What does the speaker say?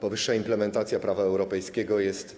Powyższa implementacja prawa europejskiego jest